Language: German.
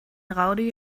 rowdy